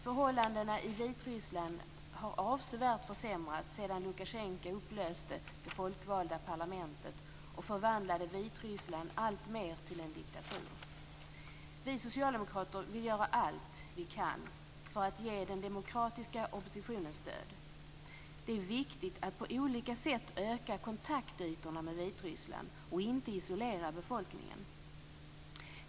Förhållandena i Vitryssland har avsevärt försämrats sedan Lukasjenko upplöste det folkvalda parlamentet och förvandlade Vitryssland alltmer till en diktatur. Vi socialdemokrater vill göra allt vi kan för att ge den demokratiska oppositionen stöd. Det är viktigt att på olika sätt öka kontaktytorna med Vitryssland och att inte isolera befolkningen.